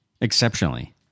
Exceptionally